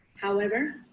however,